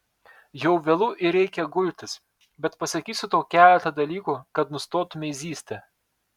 jau vėlu ir reikia gultis bet pasakysiu tau keletą dalykų kad nustotumei zyzti